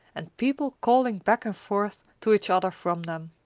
and people calling back and forth to each other from them.